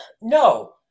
no